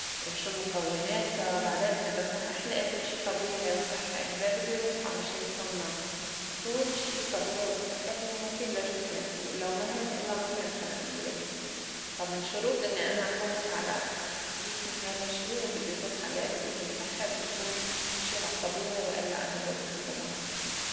شو مُكوّناتا بعدين إذا صاححلي آكُل شي طبيعي وصحّي لي بدّي روح على شي مصنّع عا طول اشّي الطبيعي والصحّي هوّ مُفيد لجسمي ولو ما هيك الله ما كان خلئلي يا فا من شروط إنّي أنا فوّت على جسمي حيلّا شي، بدّو يكون حلال، بدّو يكون صح، بدّو يكون شي عالطبيعي، وإلّا أنا برفضو طبعاً.